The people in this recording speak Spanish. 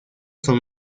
son